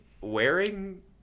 wearing